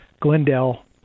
Glendale